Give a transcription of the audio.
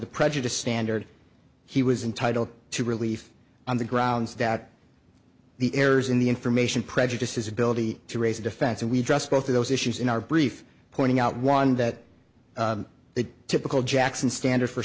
the prejudiced standard he was entitled to relief on the grounds that the errors in the information prejudices ability to raise a defense and we trust both of those issues in our brief pointing out one that the typical jackson standard for